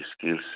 skills